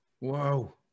Wow